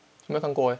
没有看过 eh